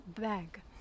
bag